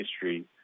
history